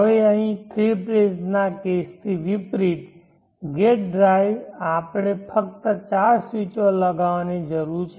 હવે અહીં three phase ના કેસથી વિપરીત ગેટ ડ્રાઇવ આપણે ફક્ત ચાર સ્વીચો ચલાવવાની જરૂર છે